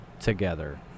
together